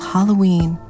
Halloween